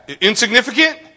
insignificant